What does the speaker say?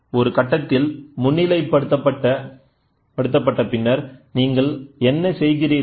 ஒரு கட்டத்தில் முன்னிலைப் படுத்தப் பட்ட பின்னர் நீங்கள் என்ன செய்கிறீர்கள்